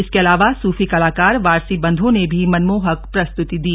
इसके अलावा सूफी कलाकार वारसी बन्ध्रों ने भी मनमोहक प्रस्तुति दी